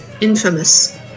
infamous